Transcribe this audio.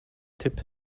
tipp